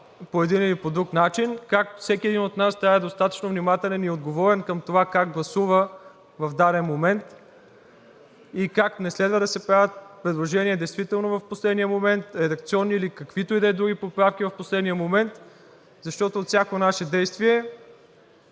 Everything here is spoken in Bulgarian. по един или по друг начин, как всеки един от нас трябва да е достатъчно внимателен и отговорен към това как гласува в даден момент и как не следва да се правят предложения действително в последния момент, редакционни или каквито и да е други поправки в последния момент, защото от всяко наше действие